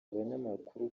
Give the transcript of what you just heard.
abanyamakuru